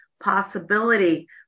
possibility